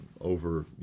over